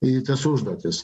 į tas užduotis